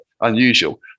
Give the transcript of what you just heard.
unusual